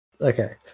Okay